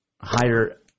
higher